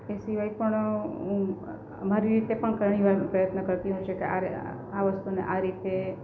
એ સિવાય પણ હું મારી રીતે પણ ઘણી વાનગીનો પ્રયત્ન કરતી હોઉં કે આરે આ આ વસ્તુને આ રીતે